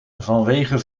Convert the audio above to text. vanwege